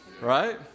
right